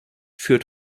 führt